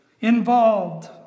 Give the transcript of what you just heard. involved